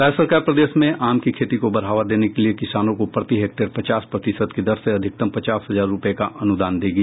राज्य सरकार प्रदेश में आम की खेती को बढ़ावा देने के लिये किसानों को प्रति हेक्टेयर पचास प्रतिशत की दर से अधिकतम पचास हजार रूपये का अनुदान देगी